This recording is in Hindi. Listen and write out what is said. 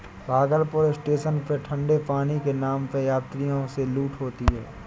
भागलपुर स्टेशन में ठंडे पानी के नाम पे यात्रियों से लूट होती है